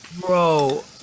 Bro